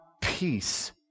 peace